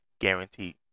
Guaranteed